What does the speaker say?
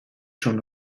schon